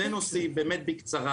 יש שני נושאים עליהם ארצה לדבר.